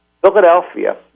Philadelphia